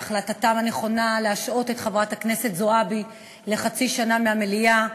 על החלטתם הנכונה להשעות את חברת הכנסת זועבי לחצי שנה מהמליאה.